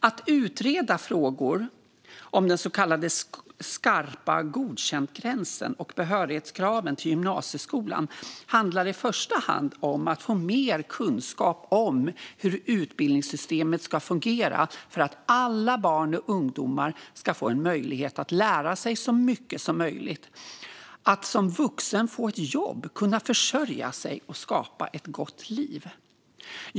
Att utreda frågor om den så kallade skarpa godkäntgränsen och behörighetskraven till gymnasieskolan handlar i första hand om att få mer kunskap om hur utbildningssystemet ska fungera för att alla barn och ungdomar ska få en möjlighet att lära sig så mycket som möjligt och som vuxna få ett jobb, kunna försörja sig och skapa ett gott liv.